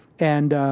and